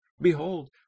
Behold